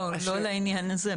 לא, לא לעניין הזה.